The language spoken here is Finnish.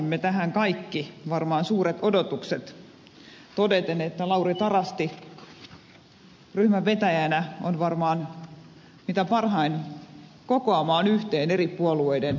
latasimme kaikki varmaan suuret odotukset tähän todeten että lauri tarasti ryhmän vetäjänä on varmaan mitä parhain kokoamaan yhteen eri puolueiden esitykset